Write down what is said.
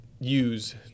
use